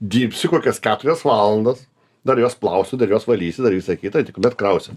dirbsi kokias keturias valandas dar juos plausi dar juos valysi dar visa kita tik tuomet krausi